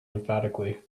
emphatically